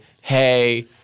Hey